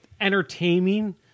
entertaining